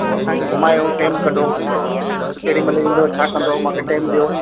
तो असांखे घुमायो टाइम कढो केॾी महिल ईंदो छा कंदो मांखे टाइम ॾियो